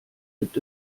gibt